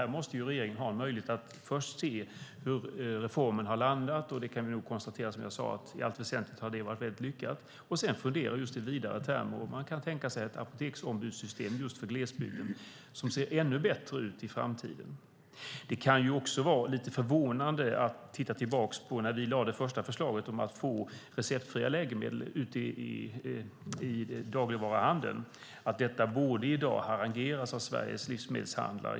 Här måste regeringen ha en möjlighet att först se hur reformen har landat, och vi kan nu konstatera, som jag sade, att den i allt väsentligt har varit lyckad, och sedan fundera i vidare termer om man kan tänka sig ett apoteksombudssystem just för glesbygden som ser ännu bättre ut i framtiden. Det kan vara lite förvånande att titta tillbaka på när vi lade fram det första förslaget om att få receptfria läkemedel ute i dagligvaruhandeln. Dessa borde i dag harangeras av Sveriges livsmedelshandlare.